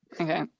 Okay